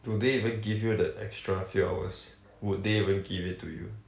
do they even give you the extra few hours would they even give it to you